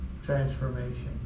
Transformation